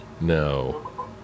No